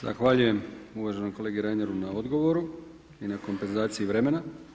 Zahvaljujem uvaženom kolegi Reineru na odgovoru i na kompenzaciji vremena.